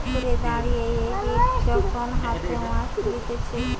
পুকুরে দাঁড়িয়ে এক এক যখন হাতে মাছ তুলতিছে